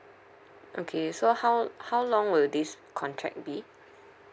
okay so how how long will this contract be